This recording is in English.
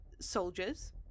soldiers